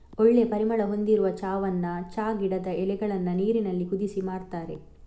ಒಳ್ಳೆ ಪರಿಮಳ ಹೊಂದಿರುವ ಚಾವನ್ನ ಚಾ ಗಿಡದ ಎಲೆಗಳನ್ನ ನೀರಿನಲ್ಲಿ ಕುದಿಸಿ ಮಾಡ್ತಾರೆ